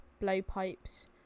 Blowpipes